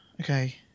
Okay